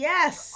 Yes